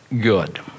good